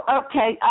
okay